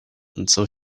until